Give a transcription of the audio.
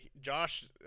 Josh